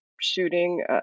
shooting